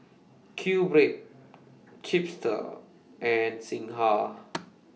QBread Chipster and Singha